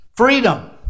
freedom